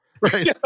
Right